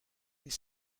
its